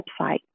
website